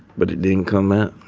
but it didn't come out